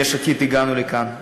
הגענו לכאן.